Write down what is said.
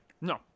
No